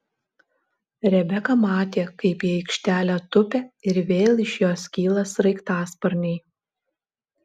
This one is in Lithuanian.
rebeka matė kaip į aikštelę tupia ir vėl iš jos kyla sraigtasparniai